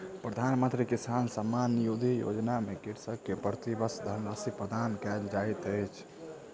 प्रधानमंत्री किसान सम्मान निधि योजना में कृषक के प्रति वर्ष धनराशि प्रदान कयल जाइत अछि